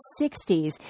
60s